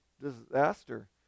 disaster